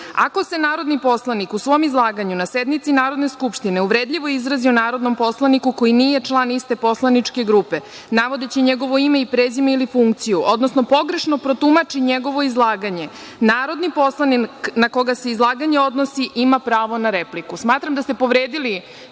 Ako se narodni poslanik u svom izlaganju na sednici Narodne skupštine uvredljivo izrazi o narodnom poslaniku koji nije član iste poslaničke grupe, navodeći njegovo ime i prezime ili funkciju, odnosno pogrešno protumači njegovo izlaganje, narodni poslanik na koga se izlaganje odnosi ima pravo na repliku. Smatram da ste povredili